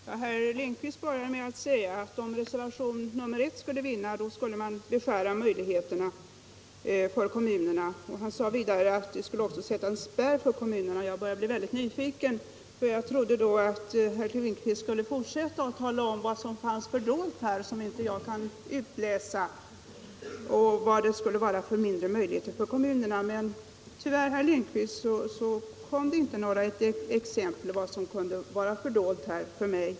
Herr talman! Herr Lindkvist började med att säga att om reservationen 1 vann, så skulle kommunernas möjligheter beskäras. Han sade vidare att man därmed skulle sätta en spärr för kommunerna. Jag började då bli nyfiken, trodde att herr Lindkvist skulle fortsätta och tala om vad som fanns fördolt här och som jag inte kan utläsa i fråga om dessa mindre möjligheter för kommunerna. Men tyvärr tog herr Lindkvist inte några exempel som visade vad som kunde vara fördolt för mig.